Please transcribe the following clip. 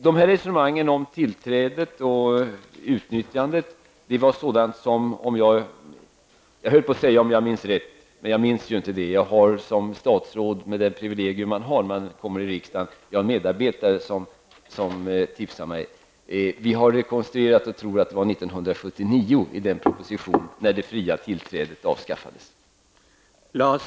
Så till resonemangen om tillträde och utnyttjande av platser. Jag höll på att säga: Om jag minns rätt, men jag minns ju inte det. Jag har med det privilegium jag har som statsråd, en medarbetare som tipsar mig. Vi har rekonstruerat förloppet och tror att det var med propositionen år 1979 som det fria tillträdet avskaffades.